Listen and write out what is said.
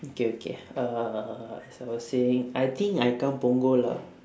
okay okay uh as I was saying I think I come punggol lah